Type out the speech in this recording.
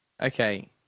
okay